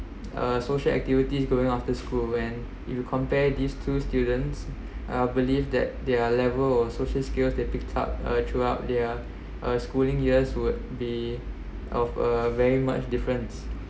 uh social activities going after school when if you compare these two students I believe that their level of social skills they picked up uh throughout their uh schooling years would be of a very much difference